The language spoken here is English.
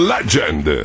Legend